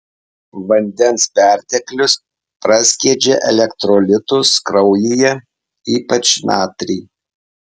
vandens perteklius praskiedžia elektrolitus kraujyje ypač natrį